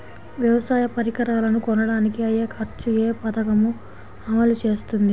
వ్యవసాయ పరికరాలను కొనడానికి అయ్యే ఖర్చు ఏ పదకము అమలు చేస్తుంది?